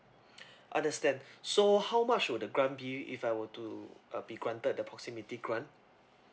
understand so how much would the grant be if I were to uh be granted the proximity grant